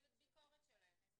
צוות ביקורת שלהם.